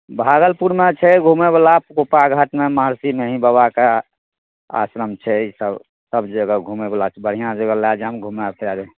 भागलपुरमे छै घुमै बला कोपा घाटमे महर्षि मेही बाबाके आश्रम छै ई सब सब जगह घुमै बला छै बढ़िआँ जगह लए जाएम घुमा फिरा देम